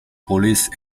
police